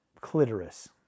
clitoris